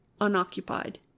Unoccupied